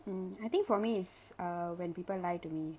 mm I think for me is err when people lie to me